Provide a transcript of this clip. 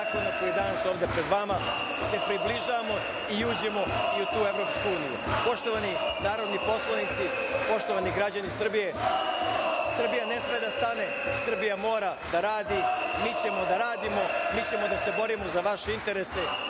koji je danas ovde pred vama, približavamo i uđemo i u tu Evropsku uniju. Poštovani narodni poslanici, poštovani građani Srbije, Srbija ne sme da stane, Srbija mora da radi, mi ćemo da radimo, mi ćemo da se borimo za vaše interese.